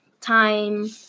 time